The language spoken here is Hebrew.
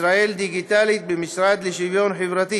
ישראל דיגיטלית במשרד לשוויון חברתי